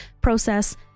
process